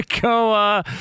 go